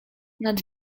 nad